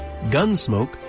Gunsmoke